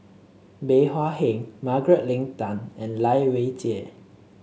Bey Hua Heng Margaret Leng Tan and Lai Weijie